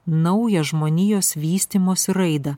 naują žmonijos vystymosi raidą